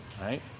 right